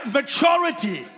maturity